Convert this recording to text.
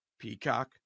Peacock